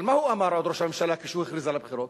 אבל מה עוד אמר ראש הממשלה כשהכריז על הבחירות,